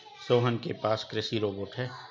सोहन के पास कृषि रोबोट है